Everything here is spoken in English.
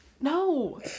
No